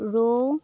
ৰৌ